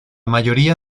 mayoría